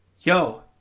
Yo